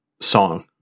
song